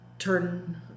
turn